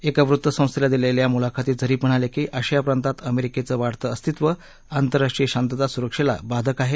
एका वृत्तसंस्थेला दिलेल्या मुलाखतीत झरीफ म्हणाले की आशिया प्रांतांत अमेरिकेचं वाढलं अस्तित्व आंतरराष्ट्रीय शांतता सुरक्षेला बाधक आहे